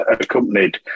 accompanied